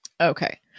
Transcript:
Okay